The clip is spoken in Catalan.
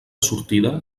sortida